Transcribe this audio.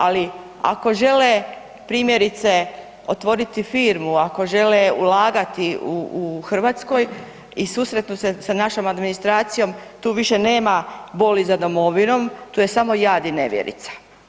Ali ako žele primjerice otvoriti firmu, ako žele ulagati u Hrvatskoj i susretnu se sa našom administracijom tu više nema boli za Domovinom, tu je samo jad i nevjerica.